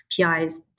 PI's